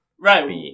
right